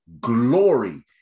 glory